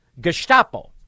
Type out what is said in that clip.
Gestapo